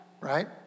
right